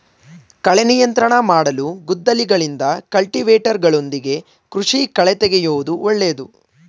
ಕಳೆ ನಿಯಂತ್ರಣ ಮಾಡಲು ಗುದ್ದಲಿಗಳಿಂದ, ಕಲ್ಟಿವೇಟರ್ಗಳೊಂದಿಗೆ ಕೃಷಿ ಕಳೆತೆಗೆಯೂದು ಒಳ್ಳೇದು